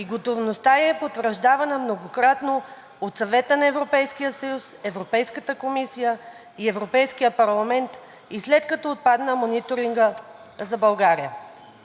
и готовността ѝ е потвърждавана многократно от Съвета на Европейския съюз, Европейската комисия и Европейския парламент и след като отпадна мониторингът за България?